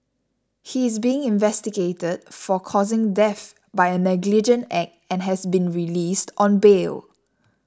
he is being investigated for causing death by a negligent act and has been released on bail